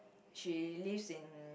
she lives in